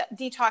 detox